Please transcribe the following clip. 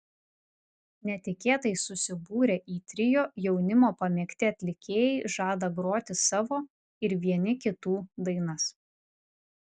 netikėtai susibūrę į trio jaunimo pamėgti atlikėjai žada groti savo ir vieni kitų dainas